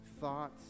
thoughts